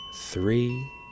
three